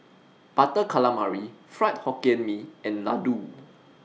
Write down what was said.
Butter Calamari Fried Hokkien Mee and Laddu